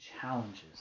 challenges